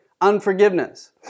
Unforgiveness